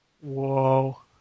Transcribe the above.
Whoa